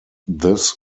this